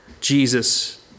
Jesus